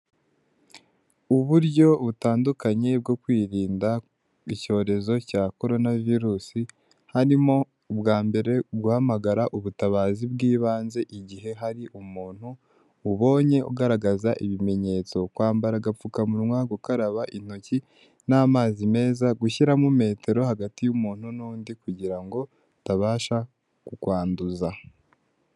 Uburyo butandukanye bwo kwirinda icyorezo cya coronavirus harimo ubwa mbere guhamagara ubutabazi bw'ibanze igihe hari umuntu ubonye ugaragaza ibimenyetso kwambara agapfukamunwa gukaraba intoki n'amazi meza gushyiramo metero hagati y'umuntu n'undi kugira ngo atabasha kukwanduza.